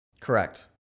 Correct